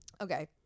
Okay